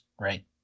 right